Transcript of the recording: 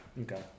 Okay